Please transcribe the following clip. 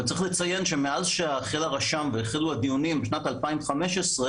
צריך לציין שמאז שהחל הרשם והחלו הדיונים בשנת 2015,